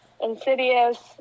Insidious